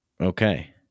okay